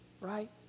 Right